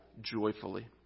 joyfully